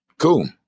Cool